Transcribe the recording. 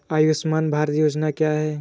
आयुष्मान भारत योजना क्या है?